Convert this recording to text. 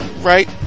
right